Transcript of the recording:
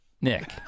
Nick